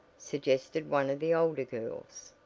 suggested one of the older girls.